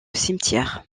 cimetière